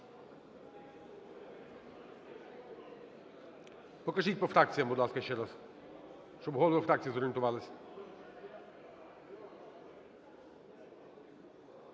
Покажіть по фракціям, будь ласка, ще раз, щоб голови фракцій зорієнтувались.